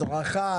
הדרכה,